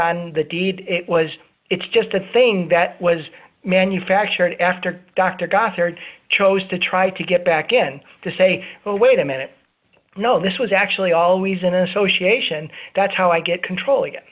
on the deed it was it's just a thing that was manufactured after dr gothard chose to try to get back in to say well wait a minute no this was actually always an association that's how i get control